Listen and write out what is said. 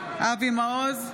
מעוז,